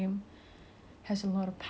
so ya